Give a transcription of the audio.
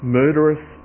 murderous